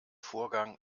vorgang